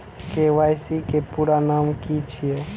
KYC के पूरा नाम की छिय?